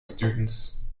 students